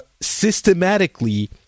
systematically